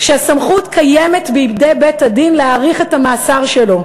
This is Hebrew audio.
שהסמכות קיימת בידי בית-הדין להאריך את המאסר שלו.